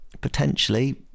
potentially